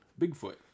Bigfoot